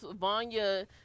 Vanya